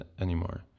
anymore